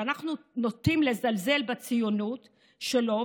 שאנחנו נוטים לזלזל בציונות שלו,